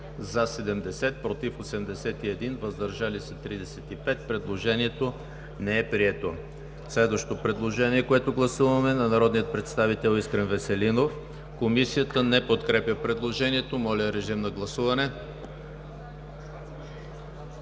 за 70, против 81, въздържали се 35. Предложението не е прието. Следващо предложение, което ще гласуваме, е на народния представител Искрен Веселинов. Комисията не подкрепя предложението. Моля, гласувайте.